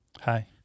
Hi